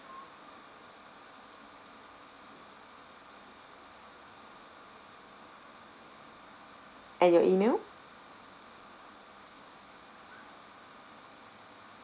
and your email